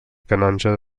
canonge